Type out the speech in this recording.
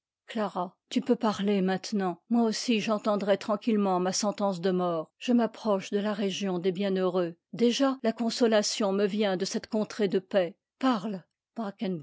liberté tu peux parler maintenant moi aussi j'entendrai tranquillement ma sentence de mort je m'approche de la région des bienheureux déjà la consolation me vient de cette contrée de paix parle les